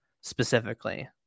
specifically